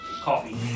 coffee